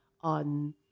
on